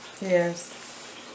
Yes